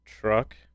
truck